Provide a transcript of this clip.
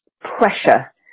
pressure